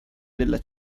della